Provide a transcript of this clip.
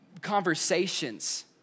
conversations